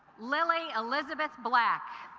lily elizabeth black